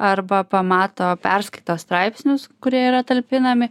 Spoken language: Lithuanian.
arba pamato perskaito straipsnius kurie yra talpinami